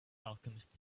alchemist